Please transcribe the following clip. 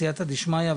סיעתא דשמייא,